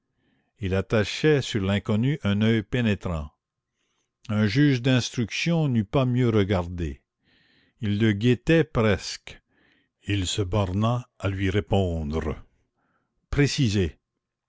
il attachait sur l'inconnu un oeil pénétrant un juge d'instruction n'eût pas mieux regardé il le guettait presque il se borna à lui répondre précisez